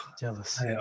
jealous